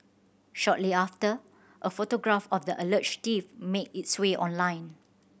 shortly after a photograph of the alleged thief made its way online